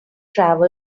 travel